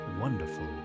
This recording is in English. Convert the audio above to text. wonderful